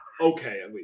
Okay